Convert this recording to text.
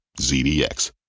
ZDX